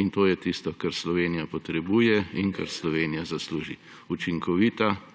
In to je tisto, kar Slovenija potrebuje in kar si Slovenija zasluži: učinkovita,